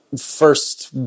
first